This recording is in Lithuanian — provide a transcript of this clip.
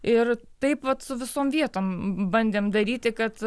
ir taip vat su visom vietom bandėm daryti kad